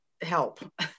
help